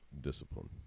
discipline